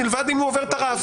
מלבד אם הוא עובר את הרף.